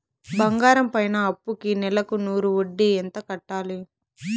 బంగారం పైన అప్పుకి నెలకు నూరు వడ్డీ ఎంత కట్టాలి?